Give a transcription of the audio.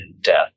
death